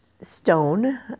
stone